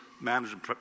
management